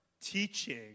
teaching